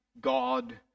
God